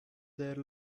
there